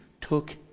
took